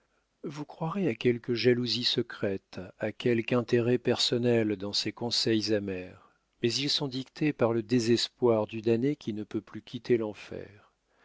vous croirez à quelque jalousie secrète à quelque intérêt personnel dans ces conseils amers mais ils sont dictés par le désespoir du damné qui ne peut plus quitter l'enfer